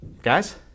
Guys